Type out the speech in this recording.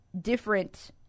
different